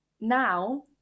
now